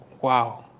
Wow